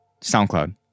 SoundCloud